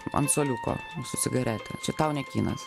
ant suoliuko su cigarete čia tau ne kinas